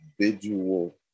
individual